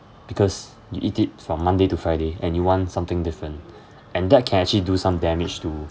because you eat it from monday to friday and you want something different and that can actually do some damage to